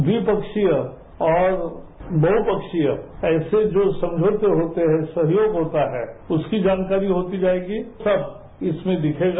द्विवीपक्षीय और बहुपक्षीय ऐसे जो समझौते होते हैं सहयोग होता है उसकी जानकारी होती जाएगी सब उसमें दिखेगा